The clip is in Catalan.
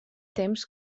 primers